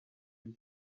bye